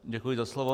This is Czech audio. Děkuji za slovo.